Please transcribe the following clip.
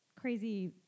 crazy